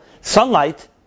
sunlight